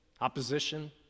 opposition